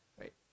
Right